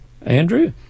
Andrew